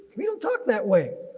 we don't talk that way.